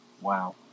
Wow